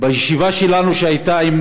בישיבה שלנו, שהייתה עם